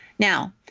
Now